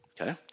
Okay